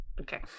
Okay